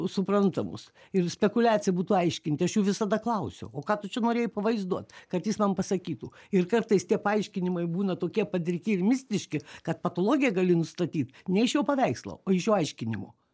suprantamus ir spekuliacija būtų aiškinti aš jų visada klausiu o ką tu čia norėjai pavaizduot kad jis man pasakytų ir kartais tie paaiškinimai būna tokie padriki ir mistiški kad patologiją gali nustatyt ne iš jo paveikslo o iš jo aiškinimo